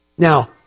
Now